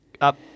up